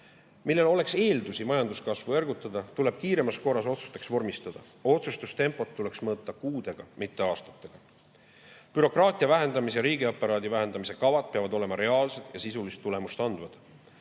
millel oleks eeldusi majanduskasvu ergutada – tuleb kiiremas korras otsusteks vormistada. Otsustustempot tuleks mõõta kuudega, mitte aastatega. Bürokraatia vähendamise ja riigiaparaadi vähendamise kavad peavad olema reaalsed ja sisulist tulemust andvad.